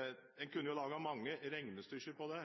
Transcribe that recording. En kunne lage mange regnestykker på det,